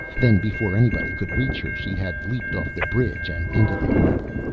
then, before anybody could reach her, she had leaped off the bridge and into the harbor.